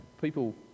people